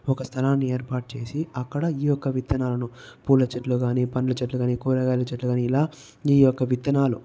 ఒక స్థలాన్ని ఏర్పాటు చేసి అక్కడ ఈ యొక్క విత్తనాలు పూల చెట్లు కాని పండ్లు చెట్లు కాని కూరగాయలు చెట్లు కాని ఇలా ఈ యొక్క విత్తనాలు